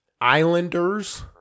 Islanders